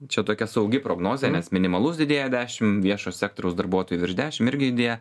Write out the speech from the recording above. čia tokia saugi prognozė nes minimalus didėjo dešim viešo sektoriaus darbuotojų virš dešim irgi didėja